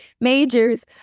majors